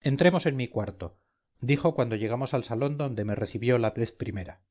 entremos en mi cuarto dijo cuando llegamos al salón donde me recibió la vez primera